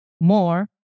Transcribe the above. more